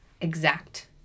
exact